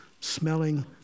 smelling